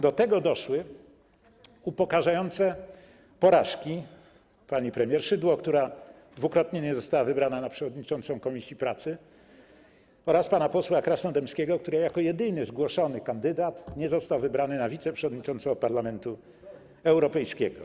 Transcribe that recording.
Do tego doszły upokarzające porażki pani premier Szydło, która dwukrotnie nie została wybrana na przewodniczącą komisji pracy, oraz pana posła Krasnodębskiego, który jako jedyny zgłoszony kandydat nie został wybrany na wiceprzewodniczącego Parlamentu Europejskiego.